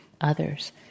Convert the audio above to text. others